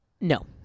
no